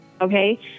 okay